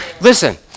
Listen